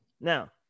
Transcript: Now